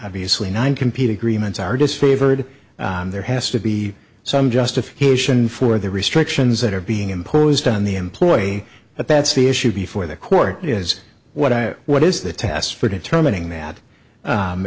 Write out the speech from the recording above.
obviously nine compete agreements are disfavored there has to be some justification for the restrictions that are being imposed on the employee but that's the issue before the court is what i what is the test for determining that